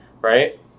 right